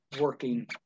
working